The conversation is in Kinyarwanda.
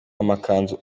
amakanzu